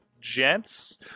gents